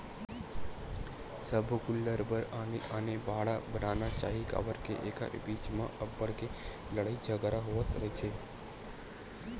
सब्बो गोल्लर बर आने आने बाड़ा बनाना चाही काबर के एखर बीच म अब्बड़ के लड़ई झगरा होवत रहिथे